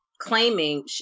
claiming